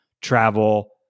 travel